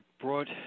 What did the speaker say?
brought